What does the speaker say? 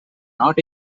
not